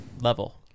level